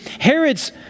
Herod's